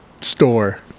store